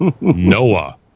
Noah